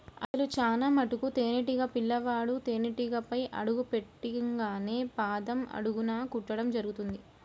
అసలు చానా మటుకు తేనీటీగ పిల్లవాడు తేనేటీగపై అడుగు పెట్టింగానే పాదం అడుగున కుట్టడం జరుగుతుంది